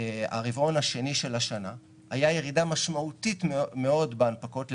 הרבעון השני של השנה הייתה ירידה משמעותית מאוד בהנפקות,